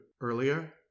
earlier